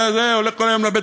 אתה הולך כל יום לבית-כנסת,